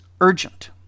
urgent